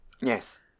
Yes